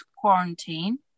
quarantine